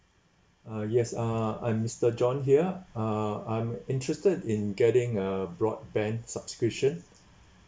uh yes uh I'm mister john here uh I'm interested in getting a broadband subscription